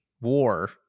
war